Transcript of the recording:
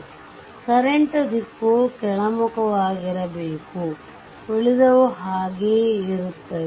ಆದ್ದರಿಂದಕರೆಂಟ್ ದಿಕ್ಕು ಕೆಳಮುಖವಾಗಿರಬೇಕು ಉಳಿದವು ಹಾಗೆಯೇ ಇರುತ್ತದೆ